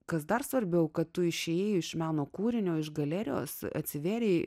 kas dar svarbiau kad tu išėjai iš meno kūrinio iš galerijos atsivėrė